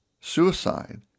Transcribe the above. suicide